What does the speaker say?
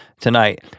tonight